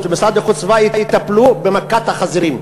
והמשרד להגנת הסביבה יטפלו במכת החזירים.